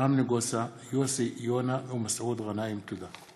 אברהם נגוסה, יוסי יונה ומסעוד גנאים בנושא: